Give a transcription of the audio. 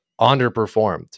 underperformed